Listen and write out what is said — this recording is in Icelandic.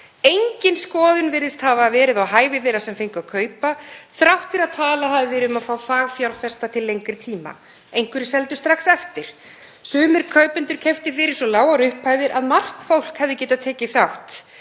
Engin skoðun virðist hafa verið á hæfi þeirra sem fengu að kaupa þrátt fyrir að talað hafi verið um að fá fagfjárfesta til lengri tíma. Einhverjir seldu strax eftir kaupin, sumir kaupendur keyptu fyrir svo lágar upphæðir að margt fólk hefði getað tekið þátt